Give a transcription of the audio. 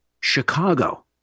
Chicago